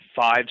five